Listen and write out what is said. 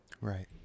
Right